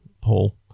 paul